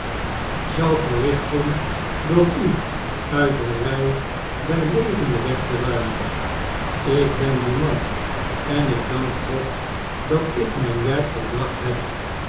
zou verrichten door u uit de rij der levenden weg te ruimen ik ben die man en ik dank god dat ik myn werk volbracht heb